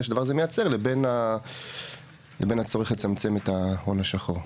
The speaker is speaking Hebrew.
שהדבר הזה מייצר לבין הצורך לצמצם את ההון השחור.